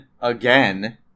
again